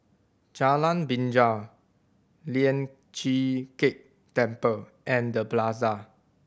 Jalan Binjai Lian Chee Kek Temple and The Plaza